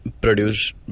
Produce